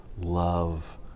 love